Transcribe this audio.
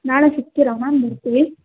ನಾಳೆ ಸಿಗ್ತೀರಾ ಮ್ಯಾಮ್ ಬರ್ತೀವಿ